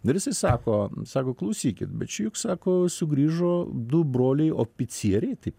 ir jisai sako sako klausykit bet čia juk sako sugrįžo du broliai oficieriai taip